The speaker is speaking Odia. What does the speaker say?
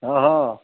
ହଁ ହଁ